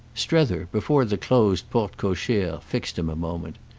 strether, before the closed porte-cochere, fixed him a moment.